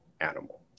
animal